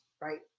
right